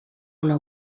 una